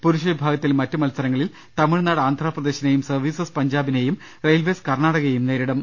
പുരുഷ വിഭാഗത്തിൽ മറ്റു മത്സരങ്ങളിൽ തമിഴ്നാട് ആന്ധ്രാപ്രദേശിനെയും സർവീസസ് പ ഞ്ചാബിനെയും റെയിൽവേസ് കർണാടകയെയും നേരിടും